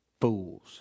Fools